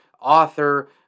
author